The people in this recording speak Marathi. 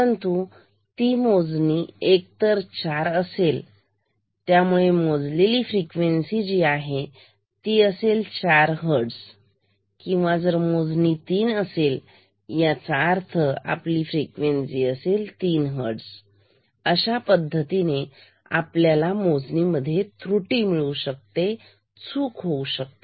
5 आहे परंतु ती मोजणी एकतर चार असेल त्यामुळे मोजलेली फ्रिक्वेन्सी जी आहे ती असेल चार हट्स किंवा जर आपली मोजणी 3 असेल याचा अर्थ आपली फ्रिक्वेन्सी असेल तीन हर्ट्झ अशा पद्धतीने आपल्या मोजणी मध्ये त्रुटी होऊ शकते चूक होऊ शकते